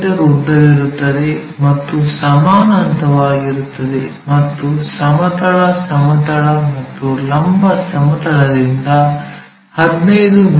ಉದ್ದವಿರುತ್ತದೆ ಮತ್ತು ಸಮಾನಾಂತರವಾಗಿರುತ್ತದೆ ಮತ್ತು ಸಮತಲ ಸಮತಲ ಮತ್ತು ಲಂಬ ಸಮತಲದಿಂದ 15 ಮಿ